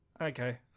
okay